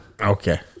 Okay